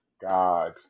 god